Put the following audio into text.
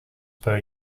per